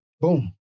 boom